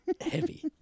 heavy